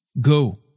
Go